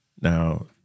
Now